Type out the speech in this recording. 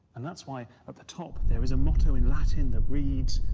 and that's why, at the top, there's a motto in latin that reads,